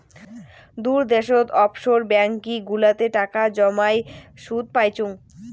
দূর দ্যাশোত offshore banking গুলাতে টাকা জমাই সুদ পাইচুঙ